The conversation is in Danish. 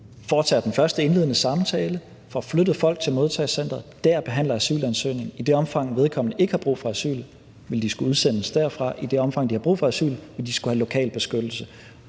har den første indledende samtale, bliver flyttet til modtagecenteret, og der bliver asylansøgningen behandlet. I det omfang, de ikke har brug for asyl, vil de skulle udsendes derfra, og i det omfang, de har brug for asyl, vil de skulle have lokal beskyttelse.